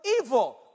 evil